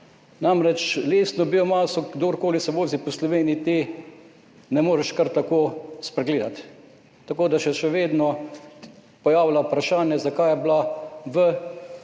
Namreč, lesne biomase, kdorkoli se vozi po Sloveniji, te ne moreš kar tako spregledati. Tako da se še vedno pojavlja vprašanje, zakaj je bila v